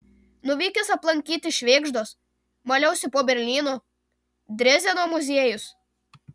nuvykęs aplankyti švėgždos maliausi po berlyno drezdeno muziejus